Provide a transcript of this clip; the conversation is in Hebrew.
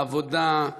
העבודה,